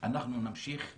אנחנו נמשיך לדבר,